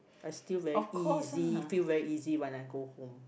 I still very easy feel very easy when I go home